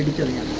billion